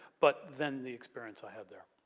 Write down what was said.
but then the experience i had there.